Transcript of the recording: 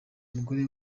umugore